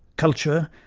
culture,